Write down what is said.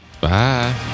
Bye